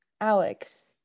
alex